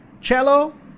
cello